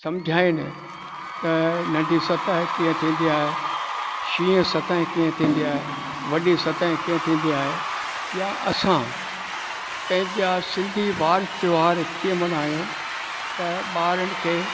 सम्झाइनि त नंढी सतहिं कीअं थींदी आहे शीहं सतहिं कीअं थींदी आहे वॾी सतहिं कीअं थींदी आहे या असां पंहिंजा सिंधी वार त्योहार कीअं मल्हायूं त ॿारनि खे